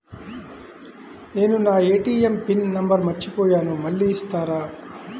నేను నా ATM pin number మర్చిపోయాను మళ్ళీ ఇస్తారా?